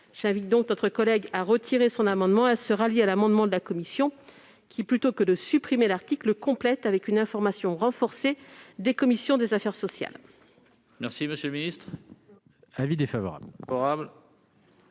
J'invite donc notre collègue Bernard Jomier à retirer son amendement et à se rallier à l'amendement n° 233 de la commission, qui, plutôt que de supprimer l'article, le complète avec une information renforcée des commissions des affaires sociales.